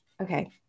okay